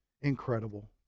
incredible